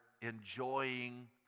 Enjoying